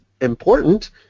important